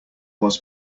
was